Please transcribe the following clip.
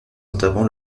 notamment